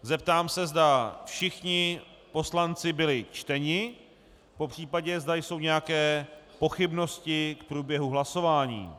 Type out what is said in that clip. Zeptám se, zda všichni poslanci byli čteni, popřípadě zda jsou nějaké pochybnosti k průběhu hlasování.